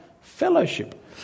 fellowship